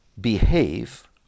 behave